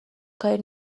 کاری